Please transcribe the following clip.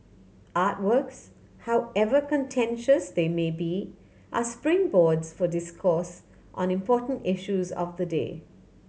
artworks however contentious they may be are springboards for discourse on important issues of the day